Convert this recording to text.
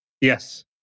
Yes